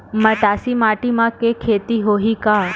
मटासी माटी म के खेती होही का?